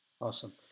Awesome